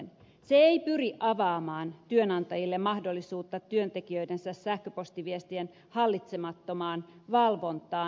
se ei pyri avaamaan työnantajille mahdollisuutta työntekijöidensä sähköpostiviestien hallitsemattomaan valvontaan